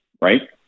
right